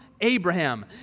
Abraham